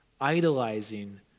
idolizing